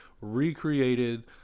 recreated